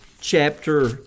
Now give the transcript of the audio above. chapter